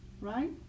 right